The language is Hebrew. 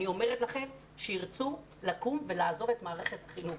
אני אומרת לכם שירצו לקום ולעזוב את מערכת החינוך.